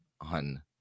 on